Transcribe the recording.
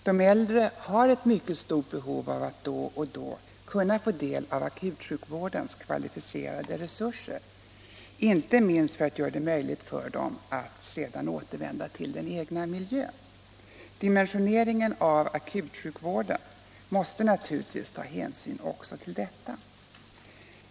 De äldre har ett mycket stort behov av att då och då kunna få del av akutsjukvårdens kvalificerade resurser — inte minst för att göra det möjligt för dem att sedan återvända till den egna miljön. Dimensioneringen av akutsjukvården måste naturligtvis ta hänsyn även till detta.